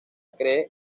cree